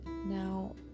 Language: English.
Now